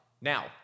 Now